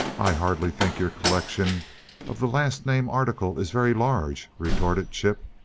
i hardly think your collection of the last named article is very large, retorted chip.